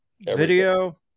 video